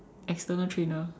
external trainer